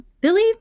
Billy